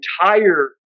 entire